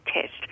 test